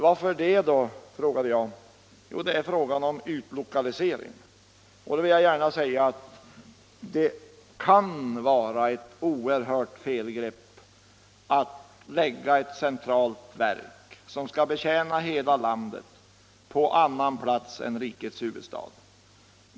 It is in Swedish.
Varför det då, frågade jag. Jo, det är fråga om utlokalisering. Då vill jag gärna säga att det kan vara ett oerhört felgrepp att lägga ett centralt verk som skall betjäna hela landet på annan plats än rikets huvudstad.